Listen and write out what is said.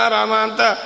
Ramanta